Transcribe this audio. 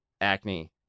acne